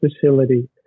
facility